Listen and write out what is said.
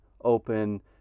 open